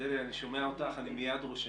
אני מיד רושם.